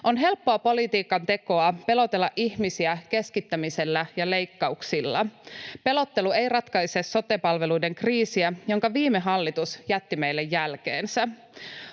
On helppoa politiikantekoa pelotella ihmisiä keskittämisellä ja leikkauksilla. Pelottelu ei ratkaise sote-palveluiden kriisiä, jonka viime hallitus jätti meille jälkeensä.